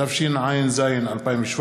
התשע"ז 2017,